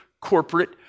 corporate